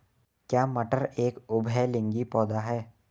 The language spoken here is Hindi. क्या मटर एक उभयलिंगी पौधा है?